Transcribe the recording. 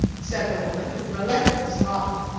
said the woman, with relentless logic,